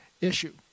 issue